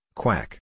quack